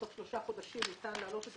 שבתוך שלושה חודשים ניתן להעלות את זה